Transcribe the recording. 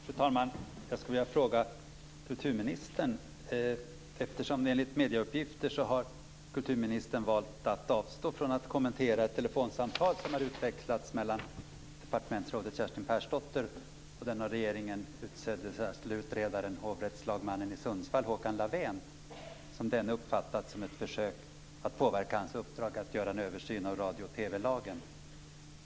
Fru talman! Jag skulle vilja ställa en fråga till kulturministern. Enligt medieuppgifter har kulturministern valt att avstå från att kommentera ett telefonsamtal som har utväxlats mellan departementsrådet Håkan Lavén, som denne uppfattat som ett försök att påverka hans uppdrag att göra en översyn av radiooch TV-lagen.